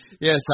Yes